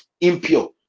impure